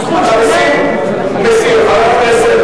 חבר הכנסת,